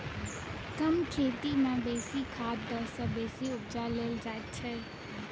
कम खेत मे बेसी खाद द क बेसी उपजा लेल जाइत छै